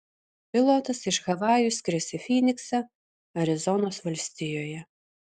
pilotas iš havajų skris į fyniksą arizonos valstijoje